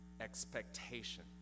expectation